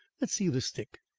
let's see the stick.